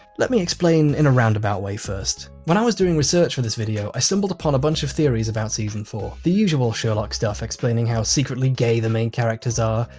let me explain in a roundabout way first, when i was doing research for this video i stumbled upon a bunch of theories about season four, the usual sherlock stuff explaining how secretly gay the main characters are,